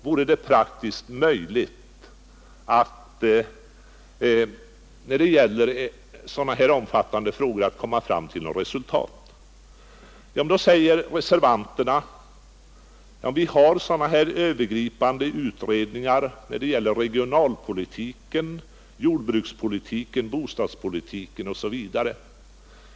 Vore det praktiskt möjligt att komma fram till något resultat när det gäller så här omfattande frågor? På dessa frågor svarar reservanterna: Vi har sådana här övergripande utredningar när det gäller regionalpolitiken, jordbrukspolitiken, bostadspolitiken osv.